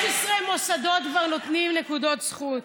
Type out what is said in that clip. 16 מוסדות כבר נותנים נקודות זכות.